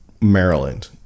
Maryland